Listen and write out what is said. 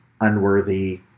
unworthy